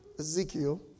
Ezekiel